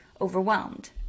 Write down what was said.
overwhelmed